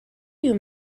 you